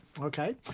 Okay